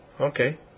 Okay